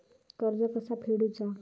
कर्ज कसा फेडुचा?